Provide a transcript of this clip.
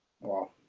Wow